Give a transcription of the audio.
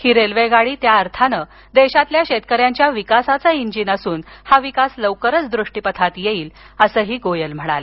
ही रेल्वेगाडी त्या अर्थानं देशातील शेतकऱ्यांच्या विकासाचं इंजिन असून हा विकास लवकरच दृष्टीपथात येईल असंही गोयल म्हणाले